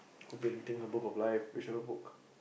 could be anything a book of life whichever book